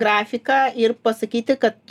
grafiką ir pasakyti kad